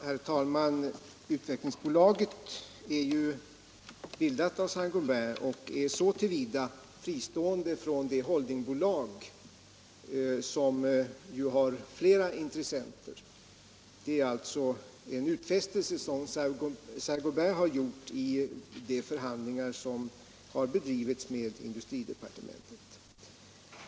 Herr talman! Utvecklingsbolaget har ju bildats av Saint Gobain och är så till vida fristående från holdingbolaget som detta har flera intressenter. Det är en utfästelse som Saint Gobain gjort i de förhandlingar som bedrivits med industridepartementet.